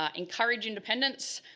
um encourage independence,